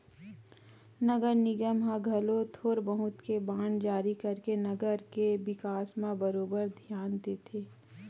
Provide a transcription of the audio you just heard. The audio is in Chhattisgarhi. नगर निगम ह घलो थोर बहुत के बांड जारी करके नगर के बिकास म बरोबर धियान देथे